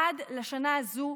עד לשנה הזו,